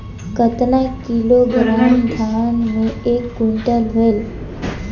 कतना किलोग्राम धान मे एक कुंटल होयल?